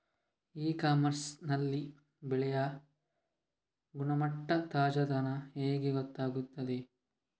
E commerce ನಲ್ಲಿ ಬೆಳೆಯ ಗುಣಮಟ್ಟ, ತಾಜಾತನ ಹೇಗೆ ಗೊತ್ತಾಗುತ್ತದೆ?